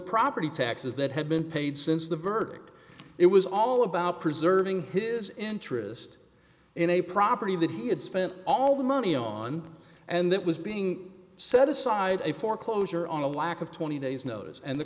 property taxes that have been paid since the verdict it was all about preserving his interest in a property that he had spent all the money on and that was being set aside a foreclosure on a lack of twenty days notice and the